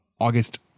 August